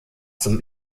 zum